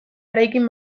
eraikin